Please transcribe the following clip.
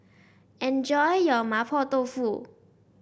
enjoy your Mapo Tofu